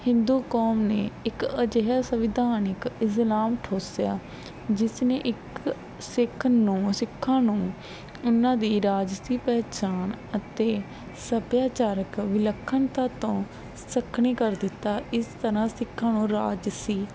ਹਿੰਦੂ ਕੌਮ ਨੇ ਇੱਕ ਅਜਿਹਾ ਸੰਵਿਧਾਨਕ ਇਜ਼ਲਾਮ ਠੋਸਿਆ ਜਿਸ ਨੇ ਇੱਕ ਸਿੱਖ ਨੂੰ ਸਿੱਖਾਂ ਨੂੰ ਇਹਨਾਂ ਦੀ ਰਾਜਸੀ ਪਹਿਚਾਣ ਅਤੇ ਸੱਭਿਆਚਾਰਕ ਵਿਲੱਖਣਤਾ ਤੋਂ ਸੱਖਣੀ ਕਰ ਦਿੱਤਾ ਇਸ ਤਰ੍ਹਾਂ ਸਿੱਖਾਂ ਨੂੰ ਰਾਜਸੀ